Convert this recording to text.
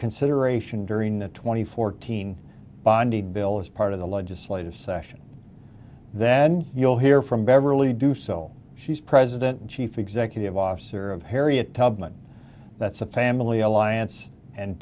consideration during the twenty fourteen bodybuilders part of the legislative session then you'll hear from beverly do so she's president chief executive officer of harriet tubman that's a family alliance and